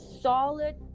solid